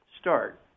start